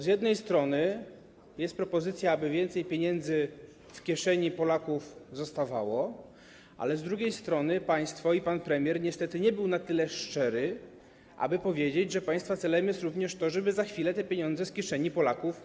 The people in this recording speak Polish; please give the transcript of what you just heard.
Z jednej strony jest propozycja, aby więcej pieniędzy zostawało w kieszeni Polaków, ale z drugiej strony państwo i pan premier niestety nie byliście na tyle szczerzy, aby powiedzieć, że państwa celem jest również to, żeby za chwilę wyciągnąć te pieniądze z kieszeni Polaków.